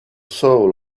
soul